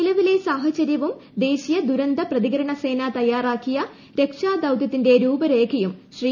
നിലവിലെ സാഹചര്യവും ദേശീയ ദുരന്ത പ്രതികരണ സേന തയ്യാറാക്കിയ രക്ഷാ ദൌത്യത്തിന്റെ രൂപരേഖയും ശ്രീ